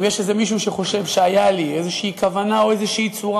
אם מישהו חושב שהייתה לי כוונה באיזו צורה,